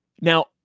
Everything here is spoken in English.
Now